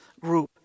group